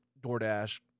DoorDash